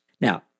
Now